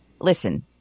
listen